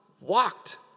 walked